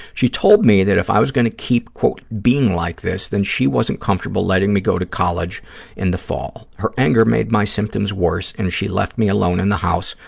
she told me that if i was going to keep, quote, being like this, then she wasn't comfortable letting me go to college in the fall. her anger made my symptoms worse and she left me alone in the house,